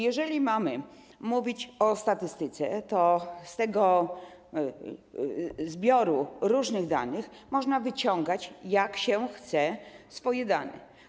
Jeżeli mamy mówić o statystyce, to ze zbioru różnych danych można wyciągać, jak się chce, swoje dane.